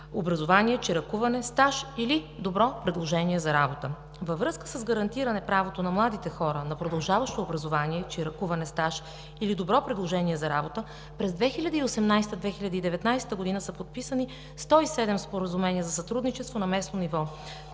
образование, чиракуване, стаж или добро предложение за работа. Във връзка с гарантиране правото на младите хора на продължаващо образование – чиракуване, стаж или добро предложение за работа, през 2018 – 2019 г. са подписани 107 споразумения за сътрудничество на местно ниво.